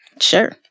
Sure